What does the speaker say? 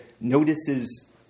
notices